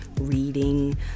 reading